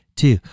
two